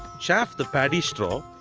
chaff the paddy straw,